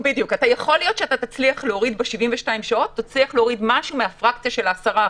להיות שאתה תצליח להוריד ב-72 שעות משהו מהפרקציה של ה-10%.